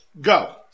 go